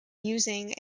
using